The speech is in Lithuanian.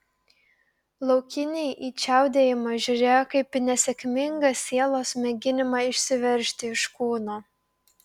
laukiniai į čiaudėjimą žiūrėjo kaip į nesėkmingą sielos mėginimą išsiveržti iš kūno